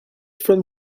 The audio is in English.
from